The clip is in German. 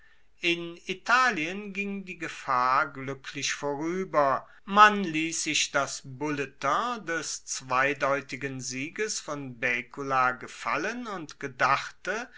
in italien ging die gefahr gluecklich vorueber man liess sich das bulletin des zweideutigen sieges von baecula gefallen und gedachte